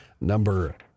number